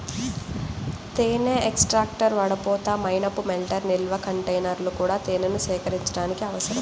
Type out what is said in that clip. తేనె ఎక్స్ట్రాక్టర్, వడపోత, మైనపు మెల్టర్, నిల్వ కంటైనర్లు కూడా తేనెను సేకరించడానికి అవసరం